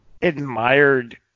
admired